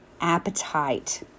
appetite